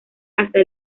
hasta